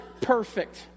perfect